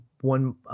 one